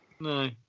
No